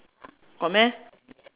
got meh